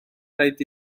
rhaid